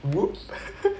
!oops!